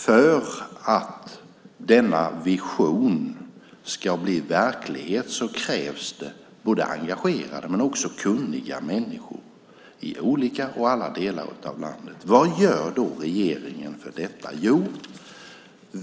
För att den visionen ska bli verklighet krävs det engagerade och kunniga människor i alla delar av landet. Vad gör då regeringen för detta?